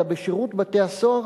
אלא בשירות בתי-הסוהר,